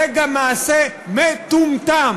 זה גם מעשה מטומטם,